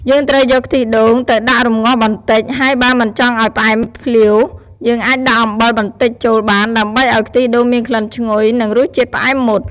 យើងត្រូវយកខ្ទិះដូងទៅដាក់រំងាស់បន្តិច ហើយបើមិនចង់ឱ្យផ្អែមភ្លាវ យើងអាចដាក់អំបិលបន្តិចចូលបាន ដើម្បីឱ្យខ្ទិះដូងមានក្លិនឈ្ងុយ និងរសជាតិផ្អែមមុត។